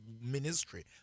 ministry